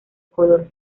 color